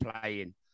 playing